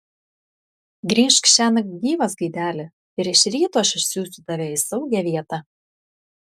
grįžk šiąnakt gyvas gaideli ir iš ryto aš išsiųsiu tave į saugią vietą